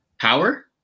Power